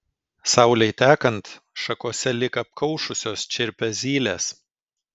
saulei tekant šakose lyg apkaušusios čirpia zylės